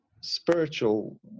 spiritual